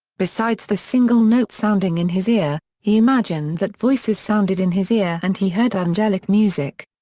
besides the single note sounding in his ear, he imagined that voices sounded in his ear and he heard angelic music.